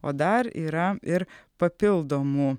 o dar yra ir papildomų